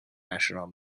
national